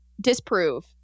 disprove